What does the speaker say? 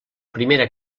primera